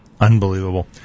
Unbelievable